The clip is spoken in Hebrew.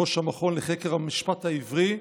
ראש המכון לחקר המשפט העברי,